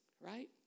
right